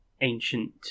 ancient